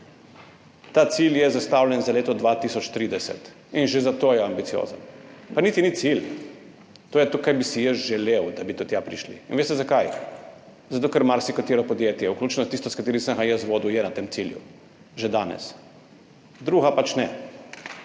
Ta cilj je zastavljen za leto 2030 in že za to je ambiciozen. Pa niti ni cilj, to je to, kar bi si jaz želel, da bi do tja prišli. Veste, zakaj? Zato, ker je marsikatero podjetje, vključno s tistim, ki sem ga jaz vodil, na tem cilju že danes, druga pač niso.